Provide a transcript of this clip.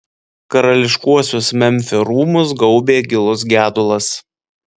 karališkuosius memfio rūmus gaubė gilus gedulas